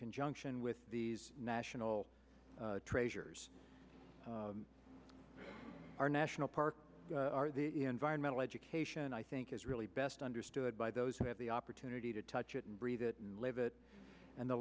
conjunction with these national treasures our national parks environmental education i think is really best understood by those who have the opportunity to touch it and breathe it and live it and the